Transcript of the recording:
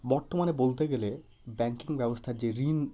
বর্তমানে বলতে গেলে ব্যাংকিং ব্যবস্থার যে ঋণ